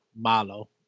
Malo